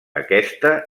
aquesta